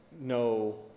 no